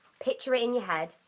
picture it in your head,